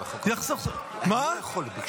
--- יש.